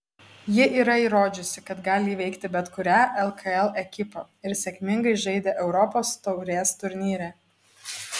ji yra įrodžiusi kad gali įveikti bet kurią lkl ekipą ir sėkmingai žaidė europos taurės turnyre